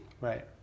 Right